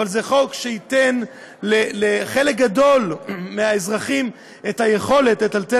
אבל זה חוק שייתן לחלק גדול מהאזרחים את היכולת לטלטל